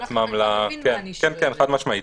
חד-משמעית